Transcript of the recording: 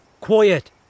quiet